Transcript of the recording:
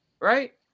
right